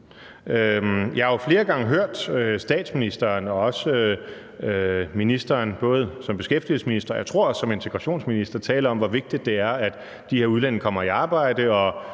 Jeg har jo flere gange hørt statsministeren og også nærværende minister både som beskæftigelsesminister og, tror jeg også, som udlændinge- og integrationsminister tale om, hvor vigtigt det er, at de her udlændinge kommer i arbejde,